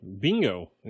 Bingo